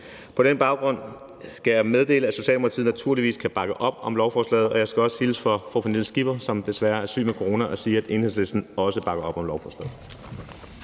På den baggrund skal jeg meddele, at Socialdemokratiet naturligvis kan bakke op om lovforslaget, og jeg skal også hilse fra fru Pernille Skipper, som desværre er syg med corona, og sige, at Enhedslisten også bakker op om lovforslaget.